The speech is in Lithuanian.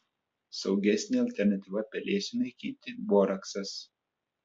saugesnė alternatyva pelėsiui naikinti boraksas